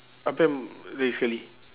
apa yang lagi sekali